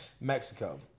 mexico